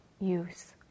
use